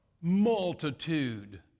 multitude